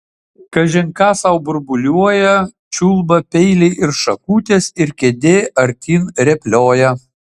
kažin ką sau burbuliuoja čiulba peiliai ir šakutės ir kėdė artyn rėplioja